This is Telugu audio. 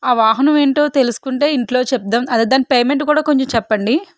ఆ వాహనం ఏంటో తెలుసుకుంటే ఇంట్లో చెప్దాము అదే దాని పేమెంట్ కూడా కొంచెం చెప్పండి